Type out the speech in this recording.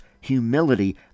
humility